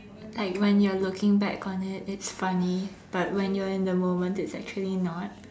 like when you're looking back on it it's funny but when you're in the moment it's actually not